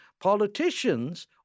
politicians